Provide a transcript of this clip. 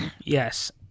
Yes